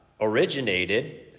originated